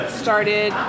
started